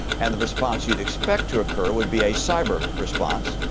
and the response you'd expect to occur would be a cyber response.